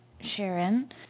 Sharon